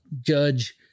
Judge